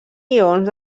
ions